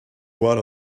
what